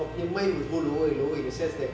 kau punya mind will go lower and lower in a sense that